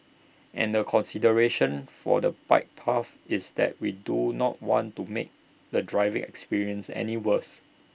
and the consideration for the bike path is that we do not want to make the driving experience any worse